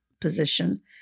position